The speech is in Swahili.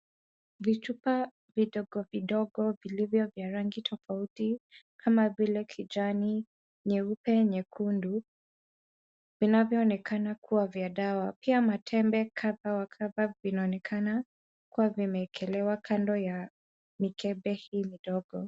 Vichupa vidogo vidogo viliyo vya rangi tofauti kama vile kijani, nyeupe, nyekundu, vinavyo onekana kuwa vya dawa. Pia matembe kadhaa wa kadhaa vinaonekana kuwa vimewekelewa kando ya mikembe hii midogo.